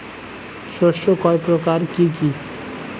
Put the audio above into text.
শস্য কয় প্রকার কি কি?